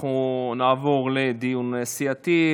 אנחנו נעבור לדיון סיעתי.